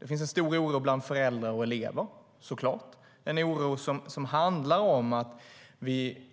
Det finns en stor oro bland föräldrar och elever, såklart. Det är en oro som handlar om att vi inte alltid